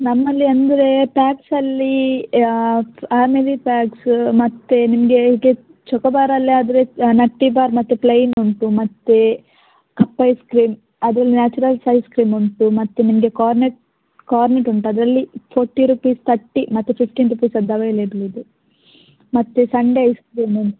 ನಮ್ಮಲ್ಲಿ ಅಂದರೆ ಪ್ಯಾಕ್ಸಲ್ಲಿ ಯಾ ಫ್ಯಾಮಿಲಿ ಪ್ಯಾಕ್ಸ ಮತ್ತು ನಿಮಗೆ ಚಾಕೋಬಾರಲ್ಲಿ ಆದರೆ ನಟ್ಟಿ ಬಾರ್ ಮತ್ತು ಪ್ಲೈನ್ ಉಂಟು ಮತ್ತು ಕಪ್ ಐಸ್ ಕ್ರೀಮ್ ಅದು ನ್ಯಾಚುರಲ್ಸ್ ಐಸ್ ಕ್ರೀಮ್ ಉಂಟು ಮತ್ತು ನಿಮಗೆ ಕಾರ್ನೆಟ್ ಕಾರ್ನೆಟ್ ಉಂಟು ಅದರಲ್ಲಿ ಫೋರ್ಟಿ ರುಪೀಸ್ ತಟ್ಟಿ ಮತ್ತು ಫಿಫ್ಟೀನ್ ರುಪೀಸದ್ದು ಅವೈಲೆಬಲ್ ಇದೆ ಮತ್ತು ಸಂಡೆ ಐಸ್ ಕ್ರೀಮ್ ಉಂಟು